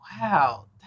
Wow